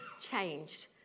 changed